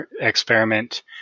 experiment